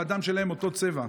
והדם שלהם באותו צבע.